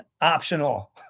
optional